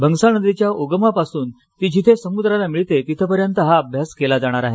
भन्गसाळ नदीच्या उगमापासून ती जिथे समुद्राला मिळते तिथपर्यंत हा अभ्यास केला जाणार आहे